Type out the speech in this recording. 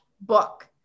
book